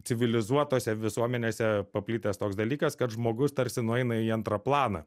civilizuotose visuomenėse paplitęs toks dalykas kad žmogus tarsi nueina į antrą planą